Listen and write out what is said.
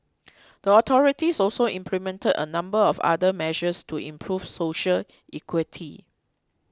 the authorities also implemented a number of other measures to improve social equity